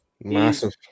Massive